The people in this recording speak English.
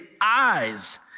eyes